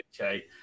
Okay